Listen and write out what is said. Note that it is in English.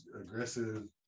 aggressive